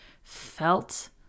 felt